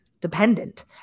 dependent